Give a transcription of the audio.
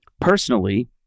personally